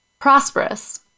Prosperous